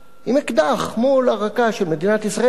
עם אקדח מול הרקה של מדינת ישראל,